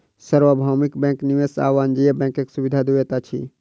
सार्वभौमिक बैंक निवेश आ वाणिज्य बैंकक सुविधा दैत अछि